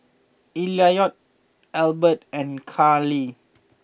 Elliot Ebert and Carlie